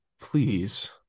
please